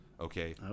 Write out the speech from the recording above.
okay